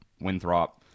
Winthrop